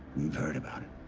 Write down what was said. we've heard about it.